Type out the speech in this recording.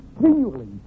continually